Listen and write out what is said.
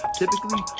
typically